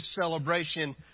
celebration